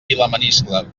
vilamaniscle